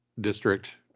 district